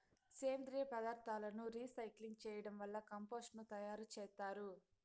సేంద్రీయ పదార్థాలను రీసైక్లింగ్ చేయడం వల్ల కంపోస్టు ను తయారు చేత్తారు